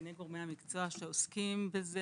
בעיניי גורמי המקצוע שעוסקים בזה,